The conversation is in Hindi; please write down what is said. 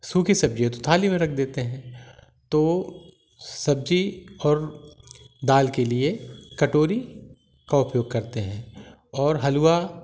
सूखी सब्जी है तो थाली में रख देते हैं तो सब्जी और दाल के लिए कटोरी का उपयोग करते हैं और हलुआ